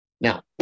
Now